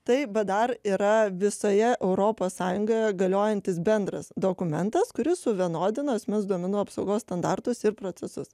tai bdar yra visoje europos sąjungoje galiojantis bendras dokumentas kuris suvienodina asmens duomenų apsaugos standartus ir procesus